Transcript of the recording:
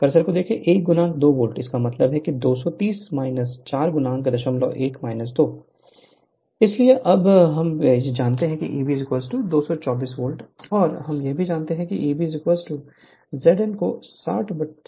cursor को देखें 1 2 volt इसका मतलब है 230 40 01 2 इसलिए अब हम यह भी जानते हैं कि Eb 224 वोल्ट और हम भी Eb Z n को 60 P से A से जानते हैं तो यह ∅ 005 वेबर Z 410 होगा n 60 से P लेप कनेक्शन है